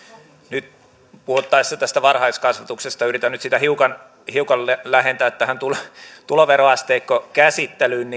nyt puhuttaessa tästä varhaiskasvatuksesta yritän sitä hiukan hiukan lähentää tähän tuloveroasteikkokäsittelyyn